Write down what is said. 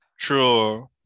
True